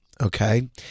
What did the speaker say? Okay